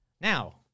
Now